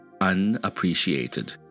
unappreciated